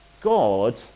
God